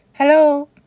Hello